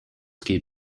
ski